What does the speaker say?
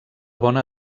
bona